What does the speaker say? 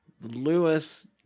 Lewis